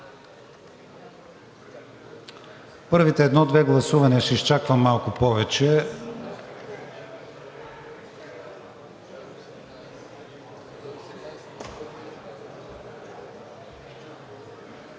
Първите едно, две гласувания ще изчаквам малко повече.